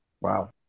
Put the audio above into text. Wow